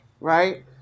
right